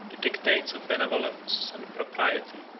the dictates of benevolence and propriety,